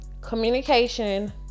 Communication